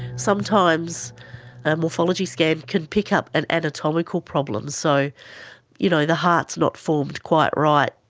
sometimes a morphology scan can pick up an anatomical problem so you know the heart's not formed quite right,